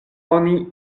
oni